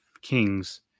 Kings